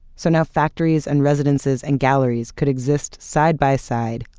so, now factories and residences and galleries could exist side-by-side,